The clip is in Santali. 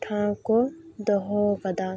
ᱴᱷᱟᱶᱠᱟᱹ ᱫᱚᱦᱚᱣ ᱠᱟᱫᱟ